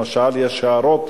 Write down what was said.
למשל, יש הערות